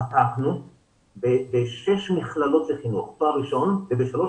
פתחנו בשש מכללות לחינוך תואר ראשון ובשלוש